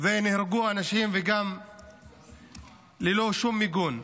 ונהרגו אנשים ללא שום מיגון,